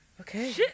Okay